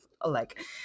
alike